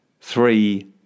three